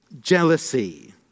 jealousy